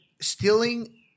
stealing